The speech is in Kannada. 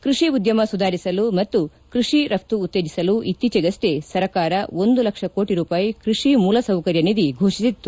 ಕೃಷಿ ಉದ್ದಮ ಸುಧಾರಿಸಲು ಮತ್ತು ಕೃಷಿ ರಮ್ತ ಉತ್ತೇಜಸಲು ಇತ್ತೀಚೆಗವ್ವೆ ಸರ್ಕಾರ ಒಂದು ಲಕ್ಷ ಕೋಟ ರೂಪಾಯಿ ಕೃಷಿ ಮೂಲ ಸೌಕರ್ಯ ನಿಧಿ ಘೋಷಿಸಿತ್ತು